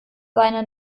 seine